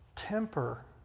Temper